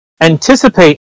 anticipate